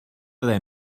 fyddai